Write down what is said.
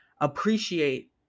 appreciate